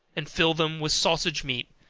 and fill them with sausage meat,